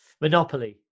Monopoly